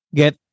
get